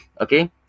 Okay